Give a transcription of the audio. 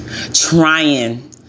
trying